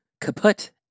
kaput